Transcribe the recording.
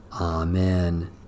Amen